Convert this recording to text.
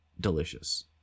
delicious